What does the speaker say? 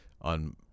on